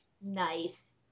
Nice